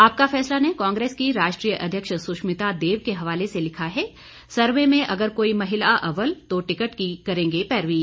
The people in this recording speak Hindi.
आपका फैसला ने कांग्रेस की राष्ट्रीय अध्यक्ष सुष्मिता देव के हवाले से लिखा है सर्वे में अगर कोई महिला अव्वल तो टिकट को करेंगे पैरवी